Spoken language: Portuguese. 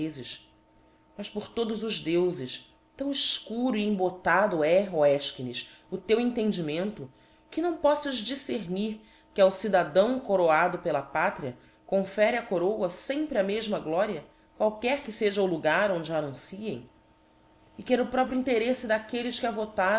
vezes mas por todos os deufes tão efcuro e embotado é ó efchines o teu entendimento que não poflas difcemir que ao cidadão coroado pela pátria confere a coroa fempre a mefma gloria qualquer que feja o logar onde a annunciem e que é no próprio intereífe daquelles que a votaram